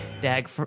dag